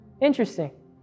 Interesting